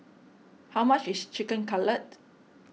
how much is Chicken Cutlet